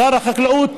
שר החקלאות